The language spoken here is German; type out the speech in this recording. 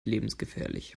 lebensgefährlich